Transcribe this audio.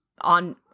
on